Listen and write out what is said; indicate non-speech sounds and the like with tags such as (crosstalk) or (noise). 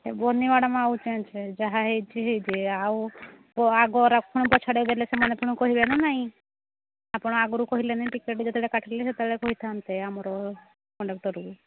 ସେ (unintelligible) ମ୍ୟାଡମ୍ ଆସୁଛି ସେ ଯାହା ହୋଇଛି ହେଇଛି ଆଉ ଆଗ ରଖୁନୁ ପଛ ଆଡ଼କୁ ଦେଲେ ସେମାନେ ପୁଣି କହିବେ ନା ନାଇଁ ଆପଣ ଆଗରୁ କହିଲେନି ଟିକେଟ ଯେତେବେଳେ କାଟିଲେ ସେତେବେଳେ କହିଥାନ୍ତେ ଆମର କଣ୍ଡକ୍ଟରକୁ